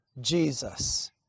Jesus